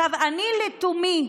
לתומי,